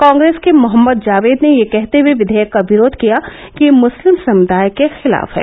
कांग्रेस के मोहम्मद जावेद ने यह कहते हुए विधेयक का विरोध किया कि यह मुसलिम समुदाय के खिलाफ है